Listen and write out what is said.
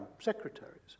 secretaries